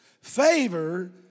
Favor